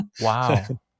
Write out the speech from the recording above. wow